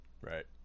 Right